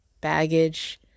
baggage